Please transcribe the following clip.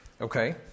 Okay